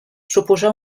suposà